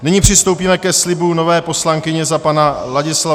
Nyní přistoupíme ke slibu nové poslankyně za pana Ladislava Šincla.